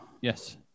Yes